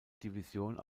division